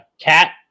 Cat